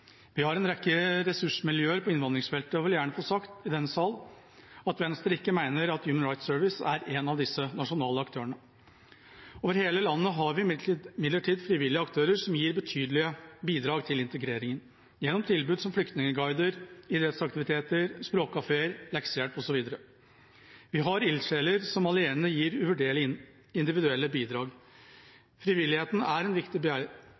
Vi har en rekke ressursmiljøer på innvandringsfeltet, og jeg vil gjerne få sagt i denne sal at Venstre ikke mener at Human Rights Service er en av disse nasjonale aktørene. Over hele landet har vi imidlertid frivillige aktører som gir betydelige bidrag til integreringen, gjennom tilbud som flyktningguider, idrettsaktiviteter, språkkafeer, leksehjelp og så videre. Vi har ildsjeler som alene gir uvurderlige individuelle bidrag. Frivilligheten er en viktig